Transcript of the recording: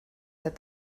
that